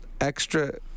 extra